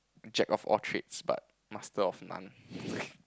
jack of all trades but master of none